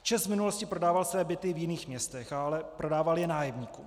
ČEZ v minulosti prodával své byty v jiných městech, ale prodával je nájemníkům.